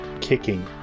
kicking